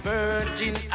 Virgin